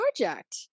project